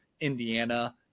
Indiana